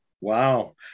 Wow